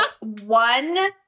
one